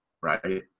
right